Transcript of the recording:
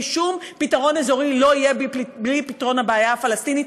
כי שום פתרון אזורי לא יהיה בלי פתרון הבעיה הפלסטינית.